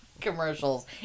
commercials